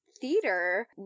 theater